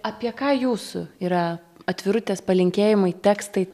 apie ką jūsų yra atvirutės palinkėjimai tekstai